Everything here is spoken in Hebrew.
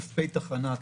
ת"פ תחנה,